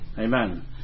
amen